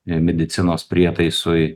ne medicinos prietaisui